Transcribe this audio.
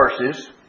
verses